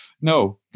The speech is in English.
no